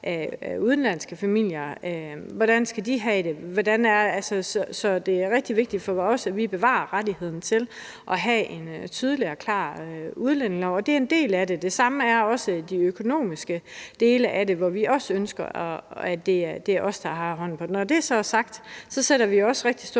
udenlandske familier? Det er rigtig vigtigt for os, at vi bevarer retten til at have en tydelig og klar udlændingelov, og det er en del af det. Det samme gælder den økonomiske del af det, hvor vi også ønsker, at det er os, der har hånden på det. Når det så er sagt, sætter vi også rigtig stor